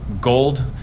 gold